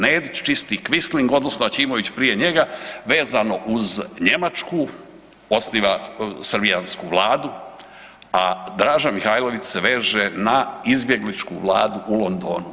Nedić čisti kvisling odnosno Aćimović prije njega vezano uz Njemačku osniva srbijansku vladu, a Draža Mihajlović se veže na izbjegličku vladu u Londonu.